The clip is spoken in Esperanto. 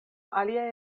aliaj